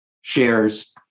shares